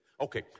Okay